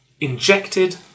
Injected